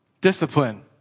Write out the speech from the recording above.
discipline